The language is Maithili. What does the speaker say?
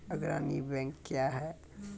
अग्रणी बैंक क्या हैं?